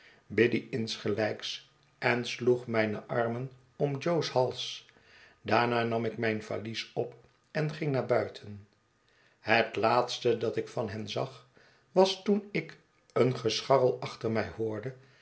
insgelijks en sloeg mijne armen om jo's hals daarna nam ik mijn valies op en ging naar buiten het laatste dat ik van hen zag was toen ik een gescharrel achter mij hoorde